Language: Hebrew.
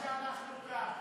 מזל שאנחנו כאן.